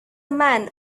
man